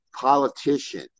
politician